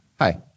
Hi